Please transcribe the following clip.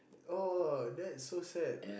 !wah! that's so sad